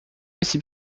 aussi